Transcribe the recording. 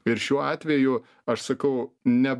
ir šiuo atveju aš sakau ne